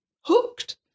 hooked